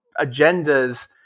agendas